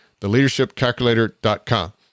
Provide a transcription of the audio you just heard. theleadershipcalculator.com